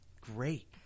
great